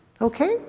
okay